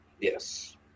Yes